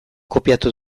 kopiatu